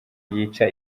yica